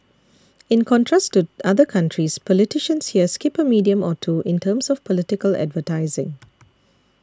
in contrast to other countries politicians here skip a medium or two in terms of political advertising